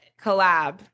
Collab